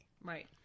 right